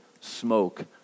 smoke